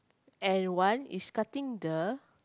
and one is cutting the